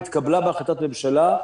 התקבלה בהחלטת ממשלה,